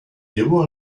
llevó